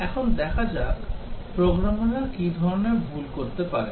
এখন দেখা যাক প্রোগ্রামাররা কি ধরনের ভুল করতে পারে